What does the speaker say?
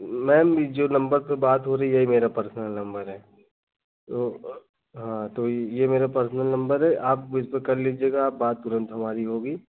ma'am यह जो number पर बात हो रही यही मेरा पर्सनल नंबर है हँ तो यह मेरा पर्सनल नंबर है आप इसपर कर लिजीएगा आप बात तुरंत हमारी होगी